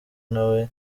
nawe